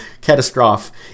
catastrophe